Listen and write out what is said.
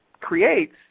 creates